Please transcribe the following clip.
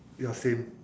ya same